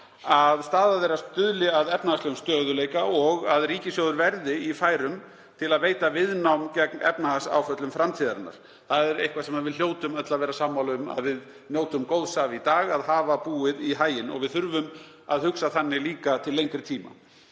að staða þeirra stuðli að efnahagslegum stöðugleika og að ríkissjóður verði í færum til að veita viðnám gegn efnahagsáföllum framtíðarinnar. Það er eitthvað sem við hljótum öll að vera sammála um að við njótum góðs af í dag, að hafa búið í haginn, og við þurfum að hugsa þannig líka til lengri tíma.